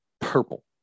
purple